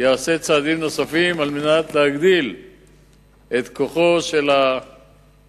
יעשה צעדים נוספים על מנת להגדיל את כוחו של המחנה